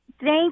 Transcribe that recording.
Thank